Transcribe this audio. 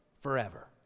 forever